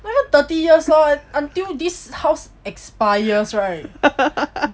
not until thirty years lor it until this house expires right